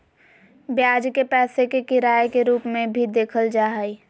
ब्याज के पैसे के किराए के रूप में भी देखल जा हइ